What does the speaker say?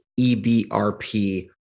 EBRP